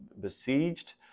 besieged